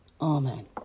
Amen